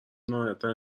نهایت